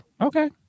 Okay